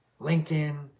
LinkedIn